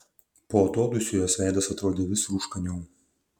po atodūsių jos veidas atrodė vis rūškaniau